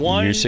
One